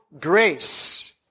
grace